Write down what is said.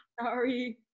Sorry